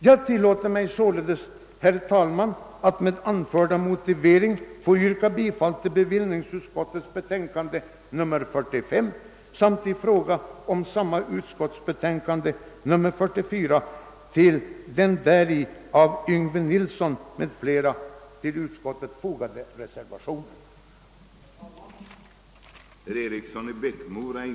Jag tillåter mig, herr talman, att med anförda motivering yrka bifall till bevillningsutskottets hemställan i dess betänkande nr 45 samt i fråga om samma utskotts betänkande nr 44 till den därvid av herr Yngve Nilsson m.fl. fogade reservationen.